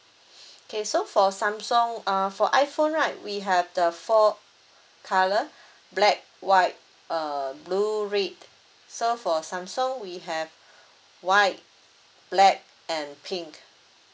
okay so for Samsung uh for iPhone right we have the four colour black white uh blue red so for Samsung we have white black and pink